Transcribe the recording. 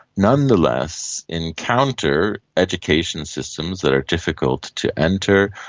nonetheless encounter education systems that are difficult to enter,